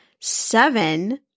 seven